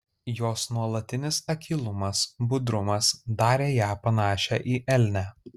jos nuolatinis akylumas budrumas darė ją panašią į elnę